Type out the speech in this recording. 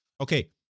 Okay